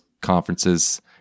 conferences